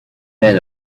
men